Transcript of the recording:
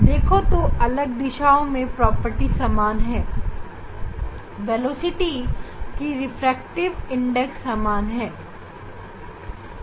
देखो दो अलग दिशाओं में गुण वेग और रिफ्रैक्टिव इंडेक्स सामान है लेकिन इस दिशा में अलग है